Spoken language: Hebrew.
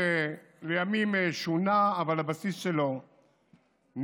לימים החוק שונה, הבסיס שלו נשאר,